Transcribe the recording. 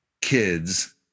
kids